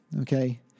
okay